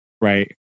Right